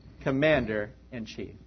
commander-in-chief